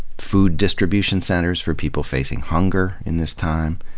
food distribution centers for people facing hunger in this time.